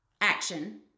action